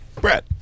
Brett